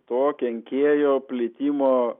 to kenkėjo plitimo